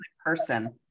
person